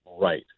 right